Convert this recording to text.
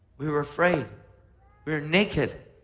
we were afraid. we were naked.